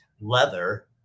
Leather